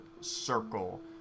circle